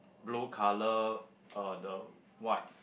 blue color uh the white